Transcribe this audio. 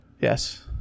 Yes